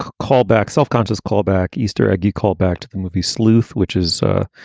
callback, self-conscious callback, easter egg callback to the movie sleuth, which is a